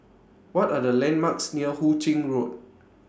What Are The landmarks near Hu Ching Road